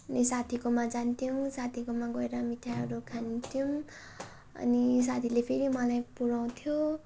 अनि साथीकोमा जान्थ्यौँ साथीकोमा गएर मिठाईहरू खान्थ्यौँ अनि साथीले फेरि मलाई पुर्याउँथ्यो